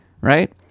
right